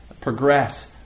progress